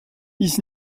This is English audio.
his